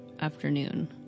afternoon